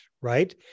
Right